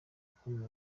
ukomeye